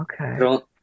Okay